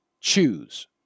choose